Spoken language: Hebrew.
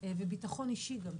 וביטחון אישי גם,